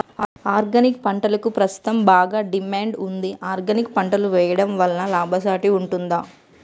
Organic పంటలకు ప్రస్తుతం బాగా డిమాండ్ ఉంది ఆర్గానిక్ పంటలు వేయడం వల్ల లాభసాటి ఉంటుందా?